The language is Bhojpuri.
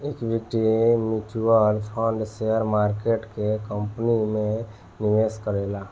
equity mutual fund share market के कंपनी में निवेश करेला